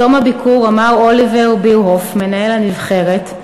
בתום הביקור אמר אוליבר בירהוף, מנהל הנבחרת: